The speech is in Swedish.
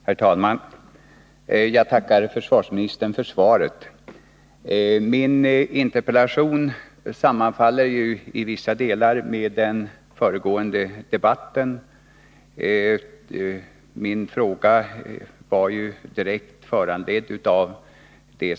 Nr 26 Herr talman! Jag tackar försvarsministern för svaret. Fredagen den Min interpellation sammanfaller ju delvis med vad som behandlats i den 13 november 1981 föregående debatten.